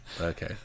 Okay